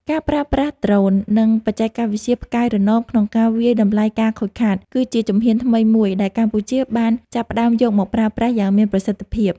ការប្រើប្រាស់ដ្រូន និងបច្ចេកវិទ្យាផ្កាយរណបក្នុងការវាយតម្លៃការខូចខាត គឺជាជំហានថ្មីមួយដែលកម្ពុជាបានចាប់ផ្តើមយកមកប្រើប្រាស់យ៉ាងមានប្រសិទ្ធភាព។